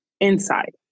inside